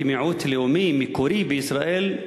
כמיעוט לאומי מקורי בישראל,